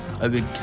avec